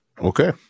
Okay